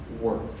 work